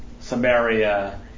Samaria